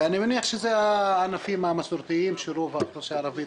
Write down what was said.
ואני מניח שזה הענפים המסורתיים של רוב האוכלוסייה הערבית,